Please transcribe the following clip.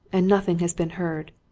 and nothing has been heard.